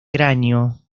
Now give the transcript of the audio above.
cráneo